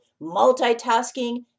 multitasking